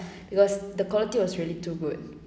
because the quality was really too good